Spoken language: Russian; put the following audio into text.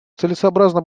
целесообразно